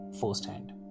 firsthand